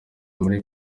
muri